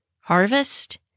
harvest